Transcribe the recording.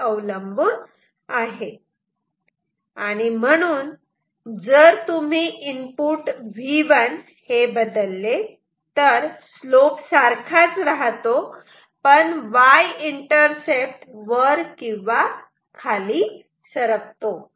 2 वर अवलंबून आहे आणि म्हणून जर तुम्ही इनपुट V1 बदलले तर स्लोप सारखाच राहतो पण Y इंटरसेप्ट वर किंवा खाली सरकतो